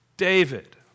David